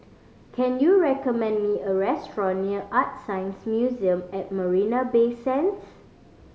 can you recommend me a restaurant near ArtScience Museum at Marina Bay Sands